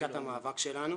בצדקת המאבק שלנו.